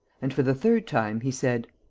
and, for the third time, he said,